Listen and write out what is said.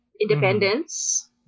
Independence